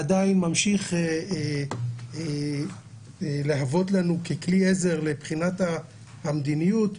שעדיין ממשיך להוות לנו ככלי עזר לבחינת המדיניות.